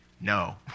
No